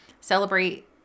Celebrate